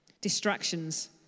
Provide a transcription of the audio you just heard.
Distractions